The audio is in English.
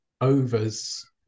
overs